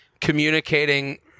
communicating